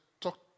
talk